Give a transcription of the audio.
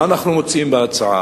מה אנחנו מוצאים בהצעה?